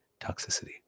toxicity